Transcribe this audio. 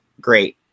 Great